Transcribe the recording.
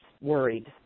worried